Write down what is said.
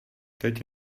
teď